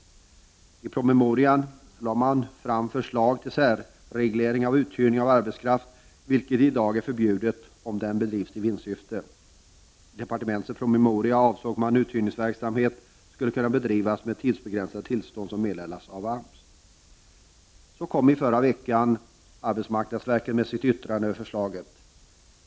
I promemorian lade man fram förslag till särreglering av uthyrning av arbetskraft, vilket i dag är förbjudet om den bedrivs i vinstsyfte. I departementets promemoria avsåg man att uthyrningsverksamhet skulle kunna bedrivas med tidsbegränsade tillstånd som meddelats av AMS. I förra veckan kom arbetsmarknadsverket med sitt yttrande över förslaget.